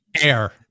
air